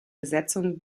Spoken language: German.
besetzungen